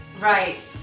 Right